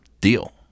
deal